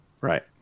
right